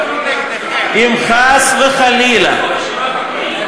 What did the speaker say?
חס וחלילה,